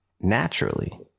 naturally